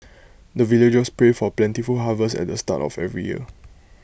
the villagers pray for plentiful harvest at the start of every year